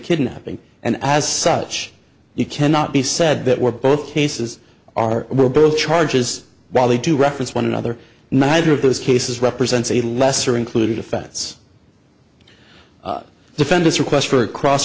kidnapping and as such you cannot be said that we're both cases are were both charges while they do reference one another neither of those cases represents a lesser included offense defendants request for cross